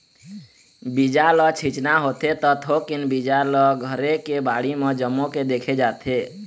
बीजा ल छिचना होथे त थोकिन बीजा ल घरे के बाड़ी म जमो के देखे जाथे